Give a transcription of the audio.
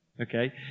Okay